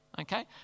Okay